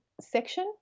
section